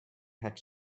had